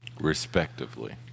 Respectively